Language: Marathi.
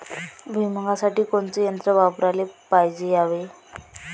भुइमुगा साठी कोनचं तंत्र वापराले पायजे यावे?